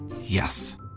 Yes